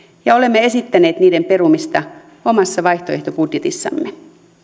ja olemme esittäneet niiden perumista omassa vaihtoehtobudjetissamme